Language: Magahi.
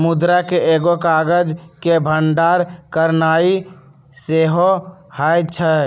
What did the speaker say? मुद्रा के एगो काज के भंडारण करनाइ सेहो होइ छइ